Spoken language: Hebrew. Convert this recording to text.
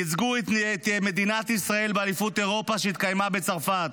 ייצגו את מדינת ישראל באליפות אירופה שהתקיימה בצרפת.